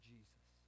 Jesus